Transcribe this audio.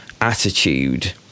attitude